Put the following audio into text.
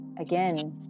again